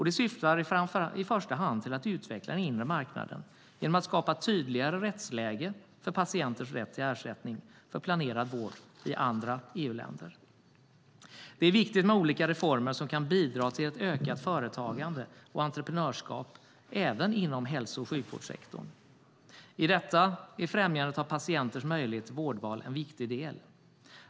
Det syftar i första hand till att utveckla den inre marknaden genom att skapa tydligare rättsläge för patienters rätt till ersättning för planerad vård i andra EU-länder. Det är viktigt med olika reformer som kan bidra till ett ökat företagande och entreprenörskap också inom hälso och sjukvårdsektorn. I det är främjandet av patienters möjligheter till vårdval en viktig del.